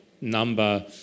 number